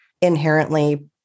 inherently